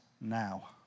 now